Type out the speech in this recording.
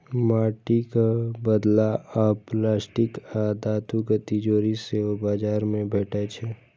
माटिक बदला आब प्लास्टिक आ धातुक तिजौरी सेहो बाजार मे भेटै छै